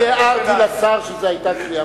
אני הערתי לשר שזו היתה קריאה,